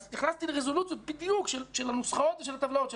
אז נכנסתי לרזולוציות המדויקות של הנוסחאות והטבלאות של